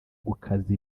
gukaza